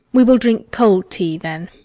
we will drink cold tea, then.